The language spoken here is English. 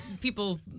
people